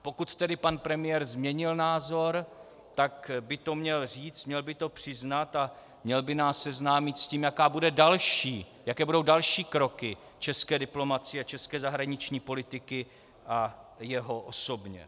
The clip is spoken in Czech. Pokud tedy pan premiér změnil názor, tak by to měl říci, měl by to přiznat, měl by nás seznámit s tím, jaké budou další kroky české diplomacie a české zahraniční politiky a jeho osobně.